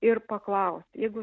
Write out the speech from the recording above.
ir paklaust jeigu